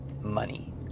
money